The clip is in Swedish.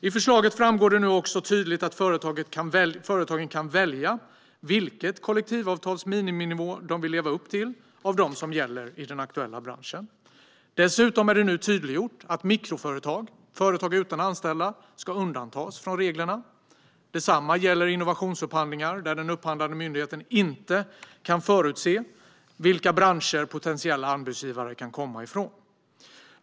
Av förslaget framgår det nu också tydligt att företagen kan välja vilket kollektivavtals miniminivå de vill leva upp till av dem som gäller i den aktuella branschen. Dessutom är det nu tydliggjort att mikroföretag, företag utan anställda, ska undantas från reglerna. Detsamma gäller innovationsupphandlingar, där den upphandlande myndigheten inte kan förutse vilka branscher potentiella anbudsgivare kan komma från.